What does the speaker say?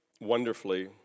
wonderfully